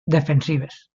defensives